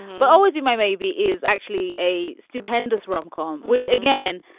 but always be my baby is actually a stupendous rom com, which again,